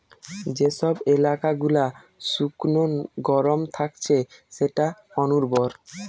যে সব এলাকা গুলা শুকনো গরম থাকছে সেটা অনুর্বর